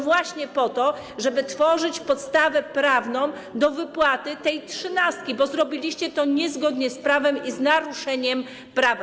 Właśnie po to, żeby tworzyć podstawę prawną do wypłaty tej trzynastki, bo zrobiliście to niezgodnie z prawem i z naruszeniem prawa.